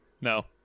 No